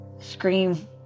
Scream